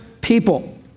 people